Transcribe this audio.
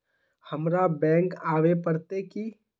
हमरा बैंक आवे पड़ते की?